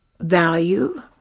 value